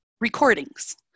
recordings